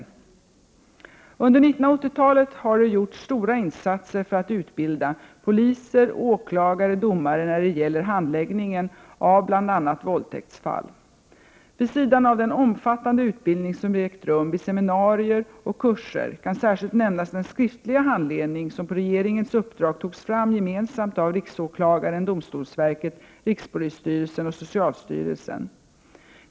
Under 1980-talet har det gjorts stora insatser för att utbilda poliser, 115 åklagare och domare när det gäller handläggningen av bl.a. våldtäktsfall. Vid sidan av den omfattande utbildning som ägt rum vid seminarier och kurser kan särskilt nämnas den skriftliga handledning som på regeringens uppdrag togs fram gemensamt av riksåklagaren, domstolsverket, rikspolisstyrelsen och socialstyrelsen.